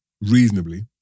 reasonably